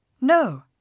No